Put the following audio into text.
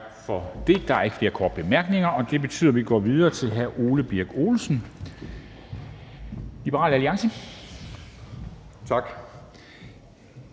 for det. Der er ikke flere korte bemærkninger, og det betyder, at vi går videre til hr. Ole Birk Olesen, Liberal Alliance. Kl.